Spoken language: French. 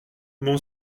mon